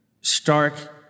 stark